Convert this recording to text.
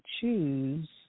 choose